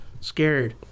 scared